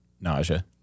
nausea